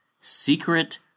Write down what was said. secret